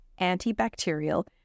antibacterial